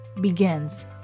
begins